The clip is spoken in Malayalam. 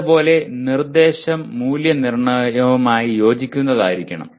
അതുപോലെ നിർദ്ദേശം മൂല്യനിർണ്ണയവുമായി യോജിക്കുന്നതായിരിക്കണം